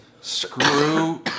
Screw